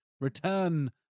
Return